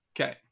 Okay